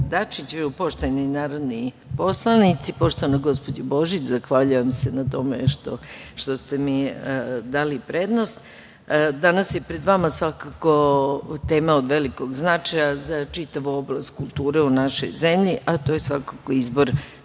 Dačiću, poštovani narodni poslanici, poštovana gospođo Božić, zahvaljujem se na tome što ste mi dali prednost. Danas je pred vama svakako tema od velikog značaja za čitavu oblast kulture u našoj zemlji, a to je svakako izbor